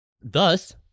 Thus